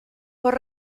por